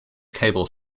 cable